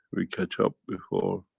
we catch up before